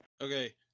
Okay